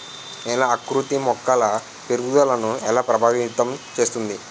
నేల ఆకృతి మొక్కల పెరుగుదలను ఎలా ప్రభావితం చేస్తుంది?